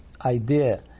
idea